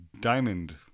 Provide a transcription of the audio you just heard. diamond